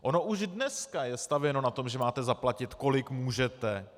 Ono už dneska je stavěno na tom, že máte zaplatit, kolik můžete.